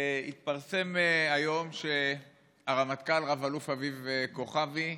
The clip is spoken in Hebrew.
התפרסם היום שהרמטכ"ל, רב-אלוף אביב כוכבי,